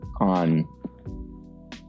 on